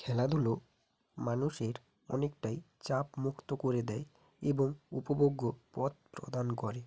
খেলাধুলো মানুষের অনেকটাই চাপমুক্ত করে দেয় এবং উপভোগ্য পথ প্রদান করে